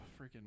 freaking